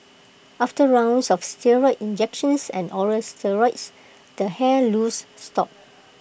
after rounds of steroid injections and oral steroids the hair loss stopped